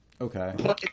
Okay